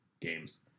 games